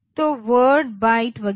तो word bytes वगैरह